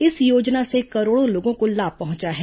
इस योजना से करोड़ों लोगों को लाभ पहुंचा है